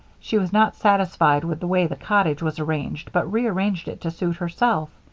she was not satisfied with the way the cottage was arranged but rearranged it to suit herself.